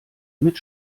mit